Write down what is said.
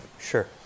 sure